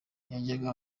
yajyaga